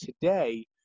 today